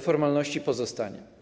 formalności pozostanie.